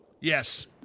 Yes